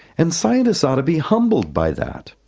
and scientists ought to be humbled by that.